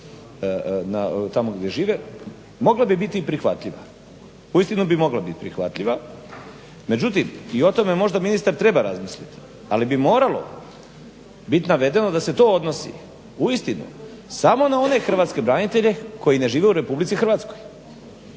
tamo gdje žive, mogla bi biti i prihvatljiva. Uistinu bi mogla bit prihvatljiva, međutim i o tome možda ministar treba razmisliti. Ali bi moralo bit navedeno da se to odnosi uistinu samo na one hrvatske branitelje koji ne žive u RH.